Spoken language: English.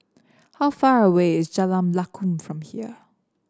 how far away is Jalan Lakum from here